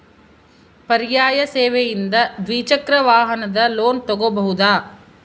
ಪರ್ಯಾಯ ಸೇವೆಯಿಂದ ದ್ವಿಚಕ್ರ ವಾಹನದ ಲೋನ್ ತಗೋಬಹುದಾ?